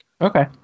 Okay